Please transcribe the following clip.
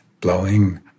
Blowing